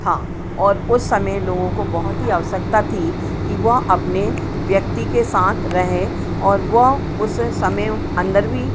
था और उस समय लोगों को बहुत ही आवश्यकता थी कि वह अपने व्यक्ति के साथ रहे और वह उस समय अंदर भी